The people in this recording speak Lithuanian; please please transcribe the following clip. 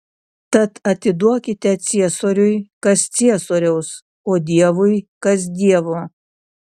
tad atiduokite ciesoriui kas ciesoriaus o dievui kas dievo